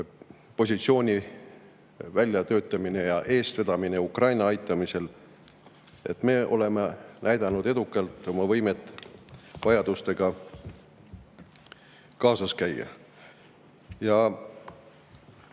positsiooni väljatöötamine ja eestvedamine. Me oleme näidanud edukalt oma võimet vajadustega kaasas käia.